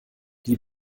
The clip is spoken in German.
die